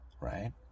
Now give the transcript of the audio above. right